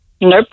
Nope